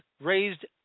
Raised